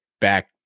back